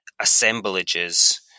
assemblages